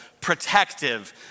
protective